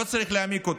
לא צריך להעמיק אותה,